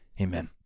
Amen